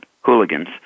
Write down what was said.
hooligans